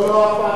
לא, אף פעם.